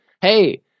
hey